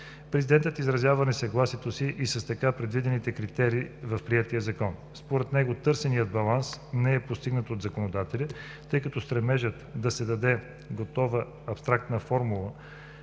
Президентът изразява несъгласието си с така предвидените критерии в приетия закон. Според него търсеният баланс не е постигнат от законодателя, тъй като стремежът да се даде готова абстрактна формула